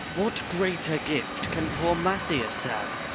what greater gift can poor mathias have?